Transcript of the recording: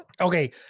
Okay